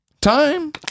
Time